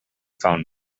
found